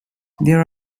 there